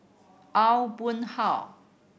Aw Boon Haw